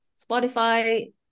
Spotify